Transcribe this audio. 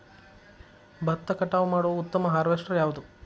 ಭತ್ತ ಕಟಾವು ಮಾಡುವ ಉತ್ತಮ ಹಾರ್ವೇಸ್ಟರ್ ಯಾವುದು?